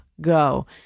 go